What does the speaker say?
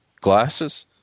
glasses